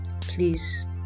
please